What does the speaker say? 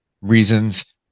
reasons